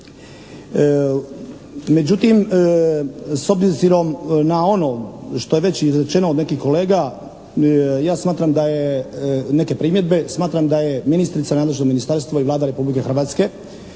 Međutim, s obzirom na ono što je već izrečeno od nekih kolega, ja smatram da je neke primjedbe, smatram da je ministrica, nadležno ministarstvo i Vlada Republike Hrvatske,